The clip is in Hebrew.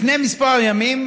לפני כמה ימים